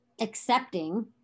accepting